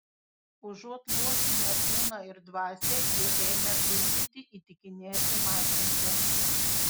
užuot luošinę kūną ir dvasią jie ėmė gundyti įtikinėti masinti